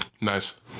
Nice